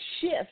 shift